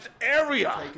area